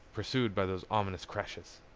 pursued by those ominous crashes.